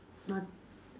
not~